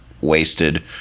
wasted